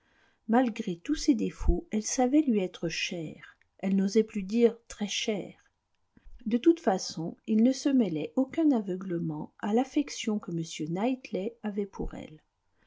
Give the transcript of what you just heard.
malgré tous ses défauts elle savait lui être chère elle n'osait plus dire très chère de toute façon il ne se mêlait aucun aveuglement à l'affection que m knightley avait pour elle